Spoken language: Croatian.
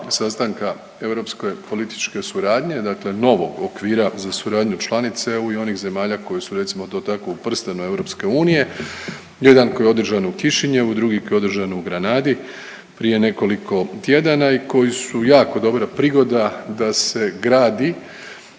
sastanka europske političke suradnje dakle novog okvira za suradnju članice EU i onih zemalja koje su recimo to tako u prstenu Europske unije. Jedan koji je održan u Kišinjevu, drugi koji je održan u Granadi prije nekoliko tjedana i koji su jako dobra prihoda da se gradi